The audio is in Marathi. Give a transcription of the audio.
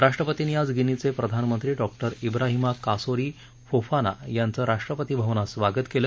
राष्ट्रपतींनी आज गिनीचे प्रधानमंत्री डॉक्टर इब्राहिमा कासोरी फोफाना यांचं राष्ट्रपती भवनात स्वागत केलं